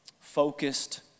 focused